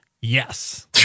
Yes